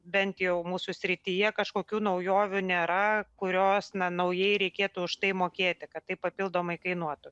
bent jau mūsų srityje kažkokių naujovių nėra kurios na naujai reikėtų už tai mokėti kad tai papildomai kainuotų